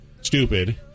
stupid